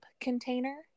container